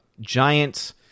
giant